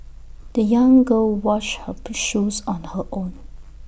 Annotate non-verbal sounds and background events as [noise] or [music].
the young girl washed her [unintelligible] shoes on her own